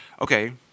Okay